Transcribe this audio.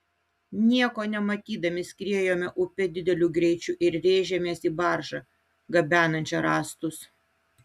nieko nematydami skriejome upe dideliu greičiu ir rėžėmės į baržą gabenančią rąstus